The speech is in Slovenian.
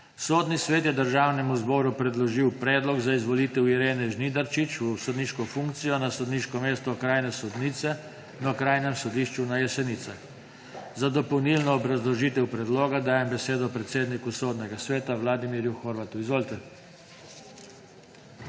Sodni svet je Državnemu zboru predložil predlog za izvolitev Irene Žnidarčič v sodniško funkcijo na sodniško mesto okrajne sodnice na Okrajnem sodišču na Jesenicah. Za dopolnilno obrazložitev predloga dajem besedo predsedniku Sodnega sveta Vladimirju Horvatu. Izvolite.